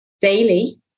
daily